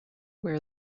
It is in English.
wear